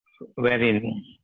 wherein